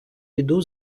піду